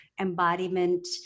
embodiment